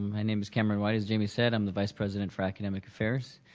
my name is cameron white, as jamie said i'm the vice president for academic affairs.